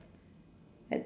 that